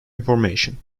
information